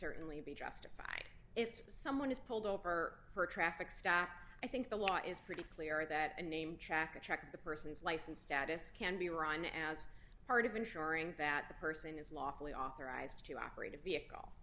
certainly be justified if someone is pulled over for a traffic stop i think the law is pretty clear that a name check a check of the person's license status can be run as part of ensuring that the person is lawfully authorized to operate a